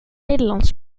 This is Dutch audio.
nederlands